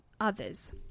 others